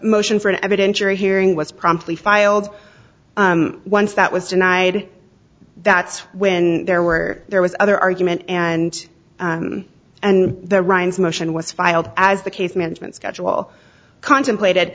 motion for an evidentiary hearing was promptly filed once that was denied that's when there were there was other argument and and the rinds motion was filed as the case management schedule contemplated